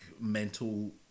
mental